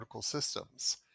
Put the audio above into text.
systems